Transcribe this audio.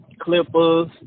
Clippers